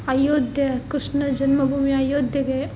ಅಯೋಧ್ಯೆ ಕೃಷ್ಣ ಜನ್ಮಭೂಮಿ ಅಯೋಧ್ಯೆಗೆ